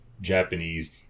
Japanese